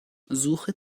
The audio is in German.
suche